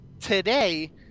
today